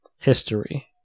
History